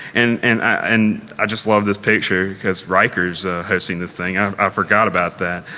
and and i and i just love this picture because ryker is hosting this thing. i forgot about that.